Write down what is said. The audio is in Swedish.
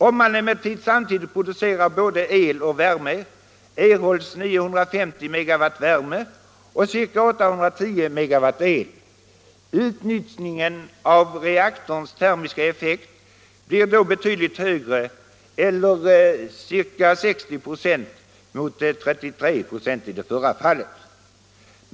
Om man emellertid samtidigt producerar både el och värme erhålls ca 950 MW värme och ca 810 MW el. Utnyttjandet av reaktorns termiska effekt blir då betydligt högre eller ca 60 96 mot 33 96 i det förra fallet.